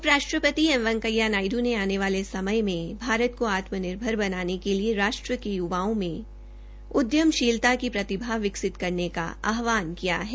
उप राष्ट्रपति एम वैकेया नायडू ने आने वाले सम्य में भारत को आत्मनिर्भर बनाने के लिए राष्ट्र के य्वाओं को उद्यमशीलता की प्रतिभा विकसित करने करने का आह्नान किया है